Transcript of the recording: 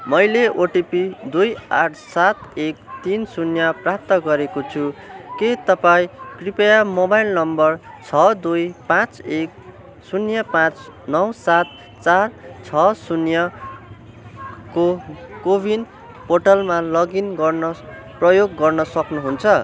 मैले ओटिपी दुई आठ सात एक तिन शून्य प्राप्त गरेको छु के तपाईँँ कृपया मोबाइल नम्बर छ दुई पाँच एक शून्य पाँच नौ सात चार छ शून्यको को विन पोर्टलमा लगइन गर्न प्रयोग गर्न सक्नुहुन्छ